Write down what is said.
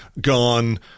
gone